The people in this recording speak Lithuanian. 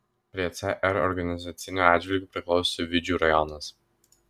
prie cr organizaciniu atžvilgiu priklauso vidžių rajonas